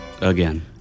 Again